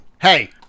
Hey